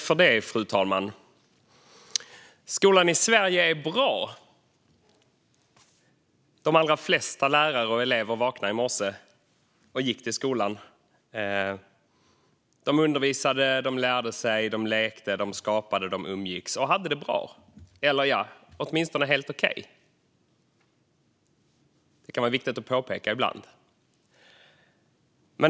Fru talman! Skolan i Sverige är bra. De allra flesta lärare och elever vaknade i morse och gick till skolan, där de undervisade, lärde sig, lekte, skapade och umgicks - och hade det bra, eller åtminstone helt okej. Det kan vara viktigt att påpeka ibland.